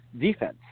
defense